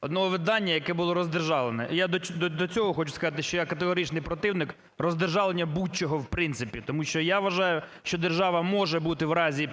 одного видання, яке було роздержавлене. І я до цього хочу сказати, що я категоричний противник роздержавлення будь-чого в принципі, тому що, я вважаю, що держава може бути в разі